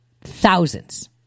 Thousands